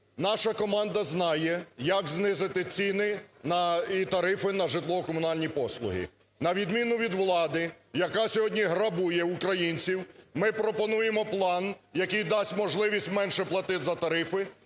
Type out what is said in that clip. Наша команда знає, як знизити ціни і тарифи на житлово-комунальні послуги. На відміну від влади, яка сьогодні грабує українців, ми пропонуємо план, який дасть можливість менше платити за тарифи,